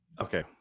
okay